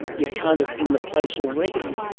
you are kind of in the place already.